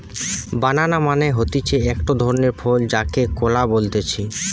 বানানা মানে হতিছে একটো ধরণের ফল যাকে কলা বলতিছে